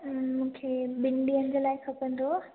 मूंखे ॿिनि ॾींहंनि जे लाइ खपंदो